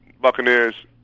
Buccaneers